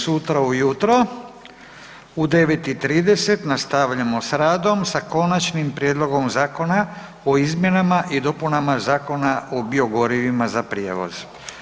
Sutra ujutro, u 9 i 30 nastavljamo s radom sa Konačnim prijedlogom zakona o izmjenama i dopunama Zakona o biogorivima za prijevoz.